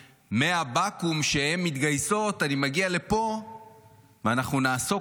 ומהבקו"ם שהן מתגייסות אני מגיע לפה ואנחנו נעסוק